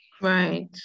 Right